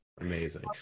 amazing